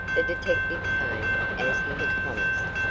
the detective came, as he had promised,